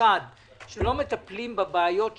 שלא מטפלים בבעיות שם.